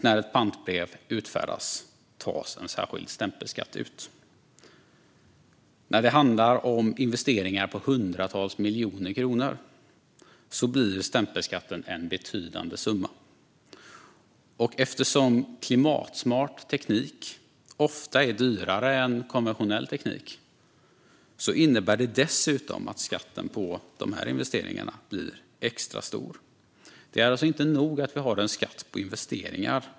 När ett pantbrev utfärdas tas en särskild stämpelskatt ut. När det handlar om investeringar på hundratals miljoner kronor blir stämpelskatten en betydande summa. Och eftersom klimatsmart teknik ofta är dyrare än konventionell teknik innebär det dessutom att skatten på dessa investeringar blir extra stor. Det är alltså inte nog att vi har en skatt på investeringar.